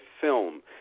film